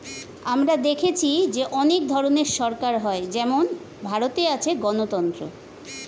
আমরা দেখেছি যে অনেক ধরনের সরকার হয় যেমন ভারতে আছে গণতন্ত্র